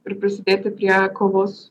ir prisidėti prie kovos